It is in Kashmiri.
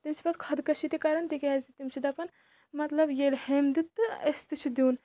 تِم چھِ پَتہٕ خۄدکٔشی تہِ کَران تِکیازِ تِم چھِ دَپان مطلب ییٚلہِ ہُوٚم دیُٚت تہٕ اسہِ تہِ چھُ دیُٚن